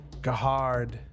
Gahard